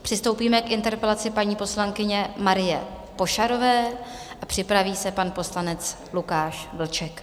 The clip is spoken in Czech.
Přistoupíme k interpelaci paní poslankyně Marie Pošarové, připraví se pan poslanec Lukáš Vlček.